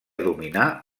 dominar